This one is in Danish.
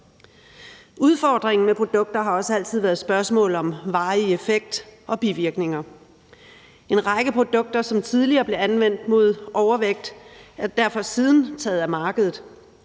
Udfordringen med produkterne har også altid været spørgsmålet om varig effekt og bivirkninger. En række produkter, som tidligere blev anvendt mod overvægt, er derfor siden taget af markedet.